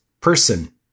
person